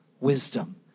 wisdom